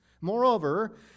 moreover